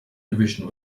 division